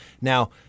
Now